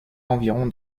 environ